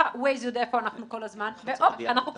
הרי גם ככה וויז יודע איפה אנחנו כל הזמן,